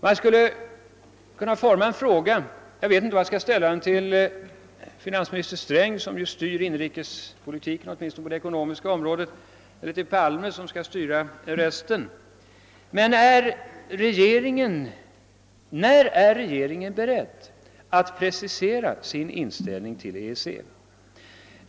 Man skulle kunna ställa följande fråga, men jag vet inte om jag skall vända mig till finansminister Sträng, som ju åtminstone på det ekonomiska området styr inrikespolitiken, eller till herr Palme som ju skall styra resten: När är regeringen beredd att precisera sin inställning till EEC?